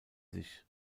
sich